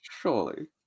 Surely